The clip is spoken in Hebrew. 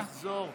חברת הכנסת רגב.